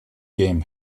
game